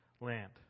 land